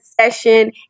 session